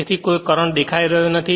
તેથી કોઈ કરંટ દેખાઈ રહ્યો નથી